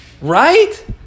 right